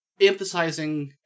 emphasizing